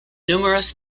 numerous